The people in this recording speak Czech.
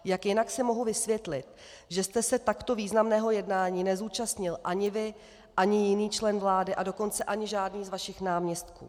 Jak jinak si mohu vysvětlit, že jste se takto významného jednání nezúčastnil ani vy ani jiný člen vlády, a dokonce ani žádný z vašich náměstků?